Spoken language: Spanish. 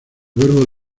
verbo